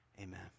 Amen